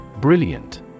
Brilliant